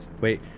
Wait